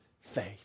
faith